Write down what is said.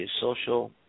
social